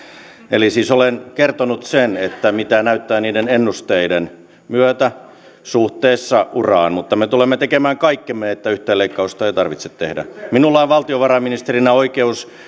eli olen kertonut sen miltä näyttää niiden ennusteiden myötä suhteessa uraan mutta me tulemme tekemään kaikkemme että yhtään leikkausta ei tarvitse tehdä minulla on valtiovarainministerinä oikeus